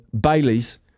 Bailey's